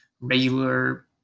regular